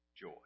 joy